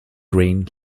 green